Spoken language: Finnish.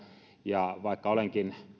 ja vaikka olenkin